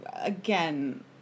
again